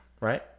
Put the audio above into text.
right